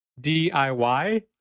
DIY